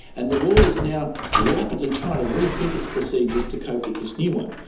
and the law is now rapidly trying to re-think its procedures to cope with this new one.